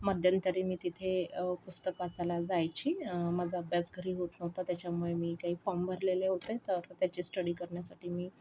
मध्यंतरी मी तिथे पुस्तक वाचायला जायची माझा अभ्यास घरी होत नव्हता त्याच्यामुळे मी काही फॉर्म भरलेले होते तर त्याची स्टडी करण्यासाठी मी